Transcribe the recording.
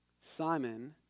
Simon